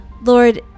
Lord